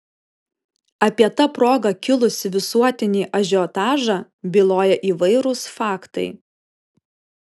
apie ta proga kilusį visuotinį ažiotažą byloja įvairūs faktai